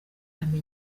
amenya